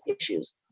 issues